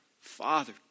Father